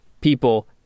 people